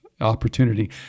opportunity